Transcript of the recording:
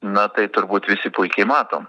na tai turbūt visi puikiai matom